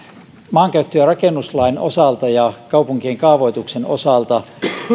maankäyttö ja rakennuslain osalta ja kaupunkien kaavoituksen osalta